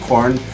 Corn